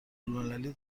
المللی